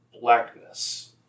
blackness